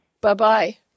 Bye-bye